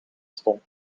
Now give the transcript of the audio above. stond